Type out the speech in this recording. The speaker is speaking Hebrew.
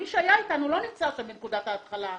מי שהיה איתנו לא נמצא שם בנקודת ההתחלה.